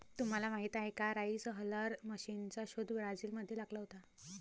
तुम्हाला माहीत आहे का राइस हलर मशीनचा शोध ब्राझील मध्ये लागला होता